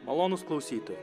malonūs klausytojai